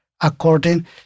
according